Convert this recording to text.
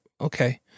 okay